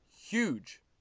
huge